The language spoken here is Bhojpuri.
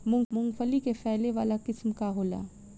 मूँगफली के फैले वाला किस्म का होला?